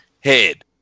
head